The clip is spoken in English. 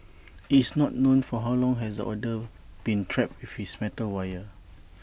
it's not known for how long has the otter been trapped with this metal wire